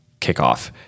kickoff